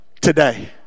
today